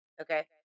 okay